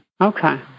Okay